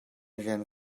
rian